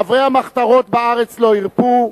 חברי המחתרות בארץ לא הרפו,